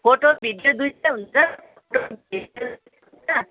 photo video दुइटै हुन्छ